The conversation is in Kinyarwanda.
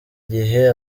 gihe